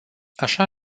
așa